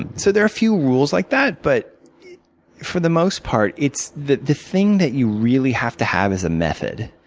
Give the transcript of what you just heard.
and so there are a few rules like that. but for the most part, it's the the thing that you really have to have is a method.